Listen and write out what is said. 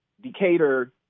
Decatur